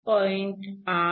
8 0